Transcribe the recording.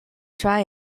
dry